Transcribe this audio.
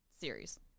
series